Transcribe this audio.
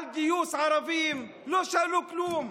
על גיוס ערבים, לא שאלו כלום.